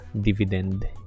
Dividend